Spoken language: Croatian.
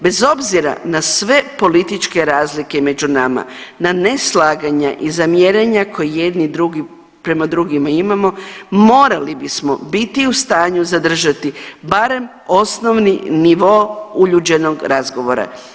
Bez obzira na sve političke razlike među nama, na neslaganja i zamjeranja koji jedni drugi, prema drugima imamo morali bismo biti u stanju zadržati barem osnovni nivo uljuđenog razgovora.